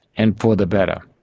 and for the better,